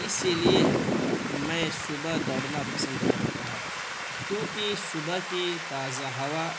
اسی لیے میں صبح دوڑنا پسند کرتا ہوں کیونکہ صبح کی تازہ ہوا